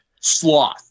sloth